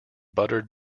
buttered